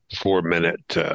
four-minute